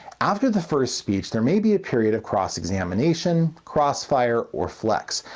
after the first speech there may be a period of cross examination, crossfire, or flex.